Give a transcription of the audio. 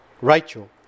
Rachel